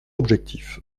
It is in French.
objectif